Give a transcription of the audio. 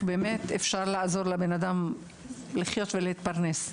אפשר לעזור לבן-אדם לחיות ולהתפרנס.